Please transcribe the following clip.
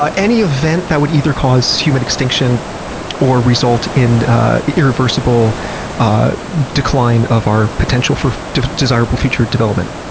ah any event that would either cause human extinction or result in irreversible decline of our potential for desirable future development.